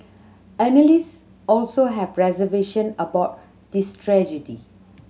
analyst also have reservation about the strategy